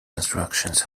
constructions